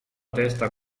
testa